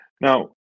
Now